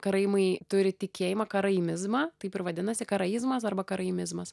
karaimai turi tikėjimą karaimizmą taip ir vadinasi karaizmas arba karaimizmas